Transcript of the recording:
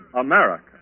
America